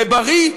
זה בריא?